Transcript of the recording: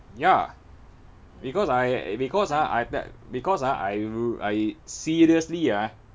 ya because I because ah I because ah I I seriously ah